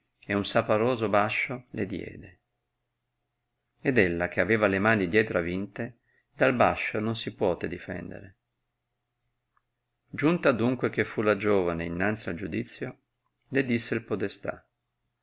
ed un saporoso bascio le diede ed ella che aveva le mani dietro avinte dal bascio non si puote difendere giunta adunque che fu la giovane innanzi al giudizio le disse il podestà